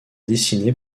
dessiné